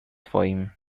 twoim